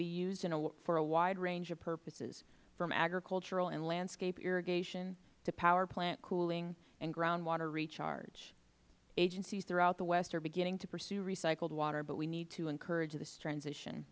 be used for a wide range of purposes from agricultural and landscape irrigation to power plant cooling and groundwater recharge agencies throughout the west are beginning to pursue recycled water but we need to encourage this transition